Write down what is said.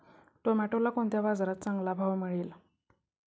टोमॅटोला कोणत्या बाजारात चांगला भाव मिळेल?